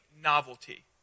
novelty